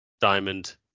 Diamond